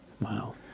Wow